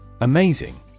Amazing